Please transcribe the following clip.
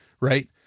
Right